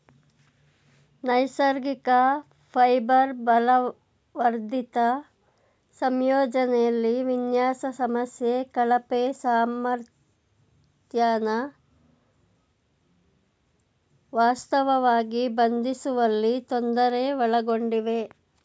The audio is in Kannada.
ನೈಸರ್ಗಿಕ ಫೈಬರ್ ಬಲವರ್ಧಿತ ಸಂಯೋಜನೆಲಿ ವಿನ್ಯಾಸ ಸಮಸ್ಯೆ ಕಳಪೆ ಸಾಮರ್ಥ್ಯನ ವಾಸ್ತವವಾಗಿ ಬಂಧಿಸುವಲ್ಲಿ ತೊಂದರೆ ಒಳಗೊಂಡಿವೆ